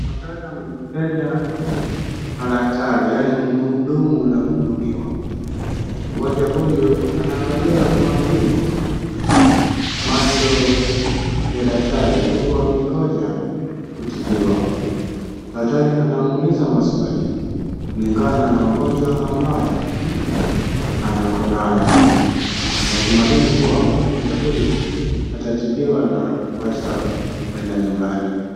Tunaona mteja na daktari, yani mhudumu na mhudumiwa. Mgonjwa huyu anaangalia kwa makini macho ya daktari huku akingonja kutibiwa. Daktari anamwuliza maswali kulingana na ugonjwa ambayo anakonayo. Kuna matumaini kuwa mgonjwa huyu atatibiwa na kuachwa kuenda nyumbani.